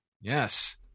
Yes